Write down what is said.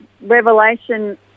revelation